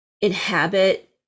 inhabit